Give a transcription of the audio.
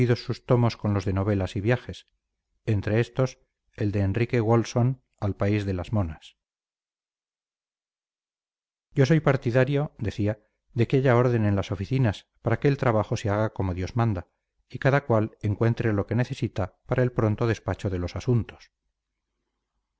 sus tomos con los de novelas y viajes entre estos el de enrique walson al país de las monas yo soy partidario decía de que haya orden en las oficinas para que el trabajo se haga como dios manda y cada cual encuentre lo que necesita para el pronto despacho de los asuntos